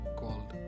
called